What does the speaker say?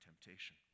temptation